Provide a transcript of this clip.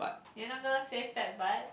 you're not gonna say fat but